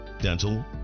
dental